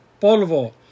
polvo